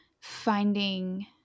finding